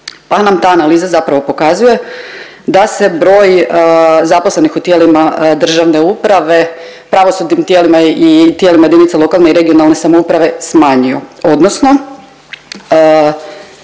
pa nam ta analiza zapravo pokazuje da se broj zaposlenih u tijelima državne uprave, pravosudnim tijelima i tijelima jedinica lokalne i regionalne samouprave smanjio odnosno